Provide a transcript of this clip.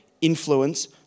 influence